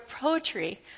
poetry